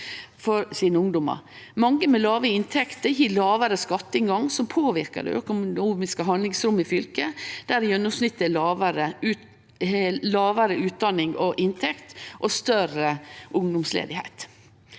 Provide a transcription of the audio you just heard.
Mange med låge inntekter har lågare skatteinngang, noko som påverkar det økonomiske handlingsrommet i fylke der gjennomsnittet har lågare utdanning og inntekt og større ungdomsledigheit.